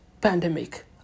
pandemic